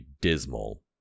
dismal